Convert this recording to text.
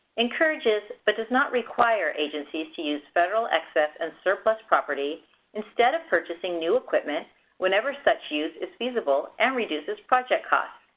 encourages but does not require agencies to use federal excess and surplus property instead of purchasing new equipment whenever such use is feasible and reduces project costs.